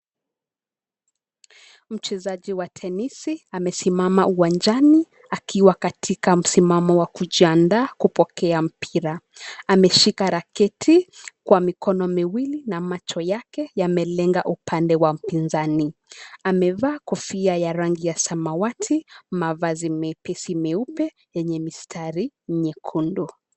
Mchezaji wa tenisi amesimama uwanjani akiwa katika msimamo wa kujiandaa kupokea mpira. Ameshika raketi kwa mikono miwili na macho yake yamelenga upande wa mpinzani. Amevaa kofia ya rangi ya samawati, mavazi mepesi meupe yenye mistari nyekundu.